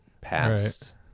past